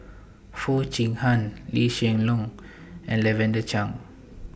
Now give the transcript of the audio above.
Foo Chee Han Lee Hsien Loong and Lavender Chang